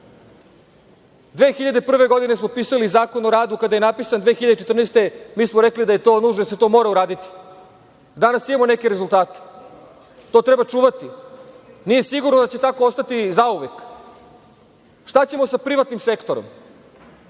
prve godine smo potpisali Zakon o radu kada je napisan 2014. godine, mi smo rekli da je to nužno, da se to mora uraditi. Danas imamo neke rezultate. To treba čuvati. Nije sigurno da će tako ostati zauvek. Šta ćemo sa privatnim sektorom?